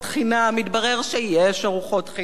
מתברר שיש ארוחות חינם.